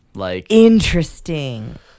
Interesting